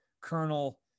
Colonel